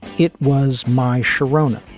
it was my sharona.